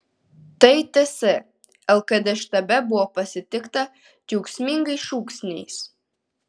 tai ts lkd štabe buvo pasitikta džiaugsmingais šūksniais